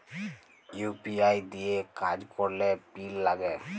UPI দিঁয়ে কাজ ক্যরলে পিল লাগে